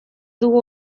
dugu